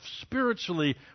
spiritually